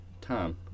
Tom